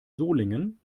solingen